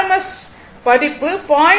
S மதிப்பு 0